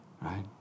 Right